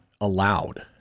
allowed